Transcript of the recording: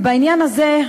ובעניין הזה,